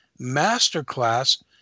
Masterclass